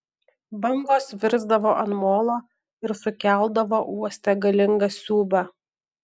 bangos virsdavo ant molo ir sukeldavo uoste galingą siūbą